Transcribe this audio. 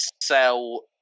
sell